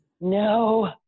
no